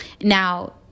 Now